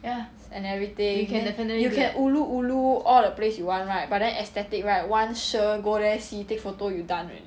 and everything you can ulu ulu all the place [one] right but then aesthetic right [one] sure go there see take photo you done already